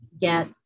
get